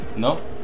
No